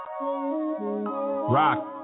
Rock